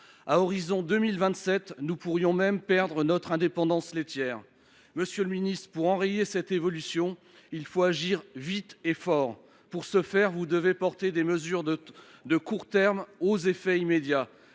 À l’horizon de 2027, nous pourrions même perdre notre indépendance laitière… Pour enrayer cette évolution, il faut agir vite et fort ! Pour ce faire, vous devez prendre des mesures de court terme aux effets immédiats